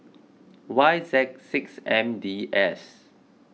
Y Z six M D S